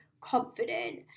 confident